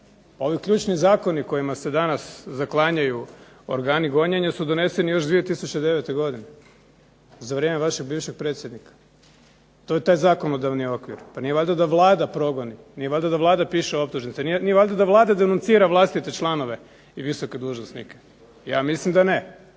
Ovi ključni zakoni kojima se danas zaklanjaju organi gonjenja su donešeni još 2009. godine za vrijeme vašeg bivšeg predsjednika. To je tak zakonodavni okvir. Pa nije valjda da Vlada progoni, nije valjda da Vlada piše optužnice, nije valjda da Vlada ... vlastite članove i visoke dužnosnike? Ja mislim da ne.